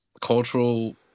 cultural